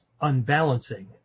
unbalancing